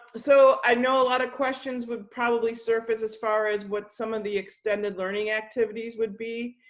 so i know a lot of questions would probably surface as far as what some of the extended learning activities would be.